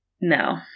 no